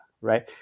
right